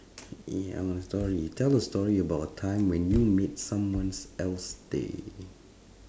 ya a story tell a story about a time when you made someone's else day